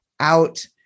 out